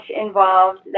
involved